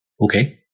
Okay